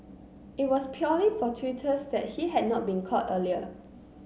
it was purely fortuitous that he had not been caught earlier